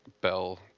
bell